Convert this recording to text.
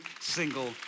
single